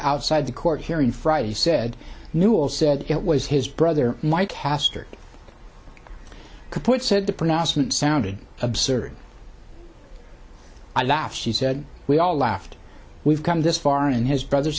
outside the court hearing friday said newell said it was his brother mike hastert could put said the pronouncement sounded absurd i laugh she said we all laughed we've come this far and his brother